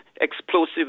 explosive